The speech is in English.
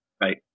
Right